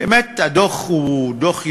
באמת הדוח הוא דוח יסודי,